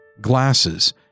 glasses